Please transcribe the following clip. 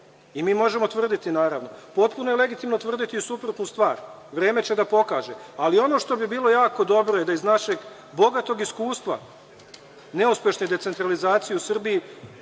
i mi možemo tvrditi, naravno. Potpuno je legitimno tvrditi i suprotnu stvar, vreme će da pokaže, ali ono što bi bilo jako dobro je da iz našeg bogatog iskustva neuspešne decentralizacije u Srbiji